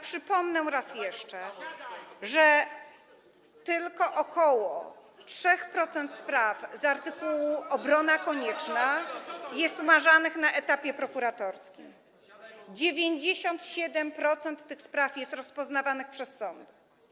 Przypomnę raz jeszcze, że tylko ok. 3% spraw z artykułu „obrona konieczna” jest umarzanych na etapie prokuratorskim, 97% tych spraw jest rozpoznawanych przez sądy.